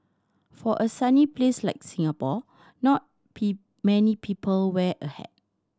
for a sunny place like Singapore not many people wear a hat